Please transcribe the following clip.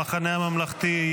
המחנה הממלכתי,